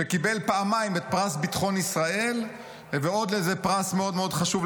שקיבל פעמיים את פרס ביטחון ישראל ועוד איזה פרס מאוד מאוד חשוב,